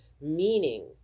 meaning